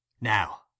Now